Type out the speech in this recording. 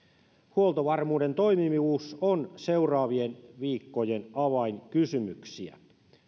huoltovarmuuden toimivuus on seuraavien viikkojen avainkysymyksiä